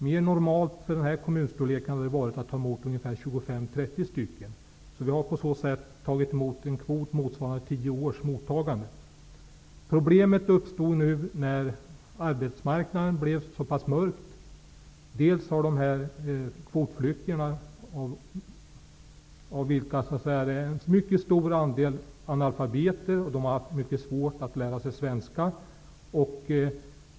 Mer normalt för den här kommunstorleken hade varit att ta emot 25--30 stycken. Vi har på så sätt tagit emot en kvot motsvarande 10 års mottagande. Problemet uppstod när arbetsmarknaden blev mörk. Kvotflyktingarna, av vilka en mycket stor andel är analfabeter, har haft mycket svårt att lära sig svenska.